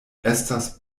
estas